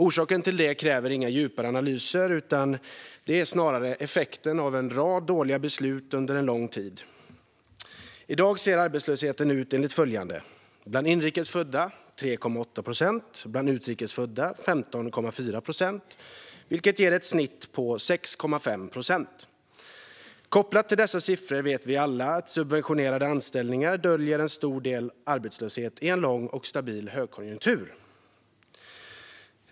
Orsaken till det kräver inga djupare analyser utan är snarare effekten av en rad dåliga beslut under en lång tid. I dag ser arbetslösheten ut enligt följande. Bland inrikes födda är den 3,8 procent. Bland utrikes födda är den 15,4 procent. Det ger ett snitt på 6,5 procent. Kopplat till dessa siffror vet vi alla att subventionerade anställningar döljer en stor del arbetslöshet i en lång och stabil högkonjunktur.